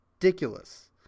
Ridiculous